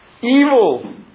evil